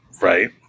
Right